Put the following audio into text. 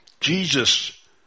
Jesus